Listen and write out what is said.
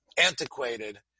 antiquated